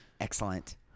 Excellent